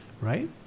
right